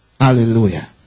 Hallelujah